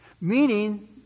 Meaning